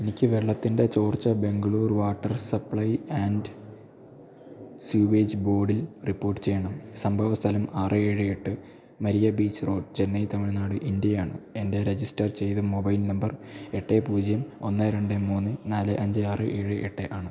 എനിക്ക് വെള്ളത്തിൻ്റെ ചോർച്ച Bangalore water supply and sewage ബോഡിൽ റിപ്പോട്ട് ചെയ്യണം സംഭവസ്ഥലം ആറ് ഏഴ് എട്ട് Maria beach road Chennai Tamil Nadu ഇന്ത്യയാണ് എൻ്റെ രജിസ്റ്റർ ചെയ്ത മൊബൈൽ നമ്പർ എട്ട് പൂജ്യം ഒന്ന് രണ്ട് മൂന്ന് നാല് അഞ്ച് ആറ് ഏഴ് എട്ട് ആണ്